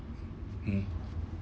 mm